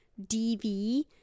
DV